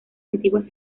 antiguas